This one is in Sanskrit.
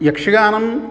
यक्षगानं